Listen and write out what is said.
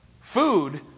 Food